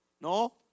no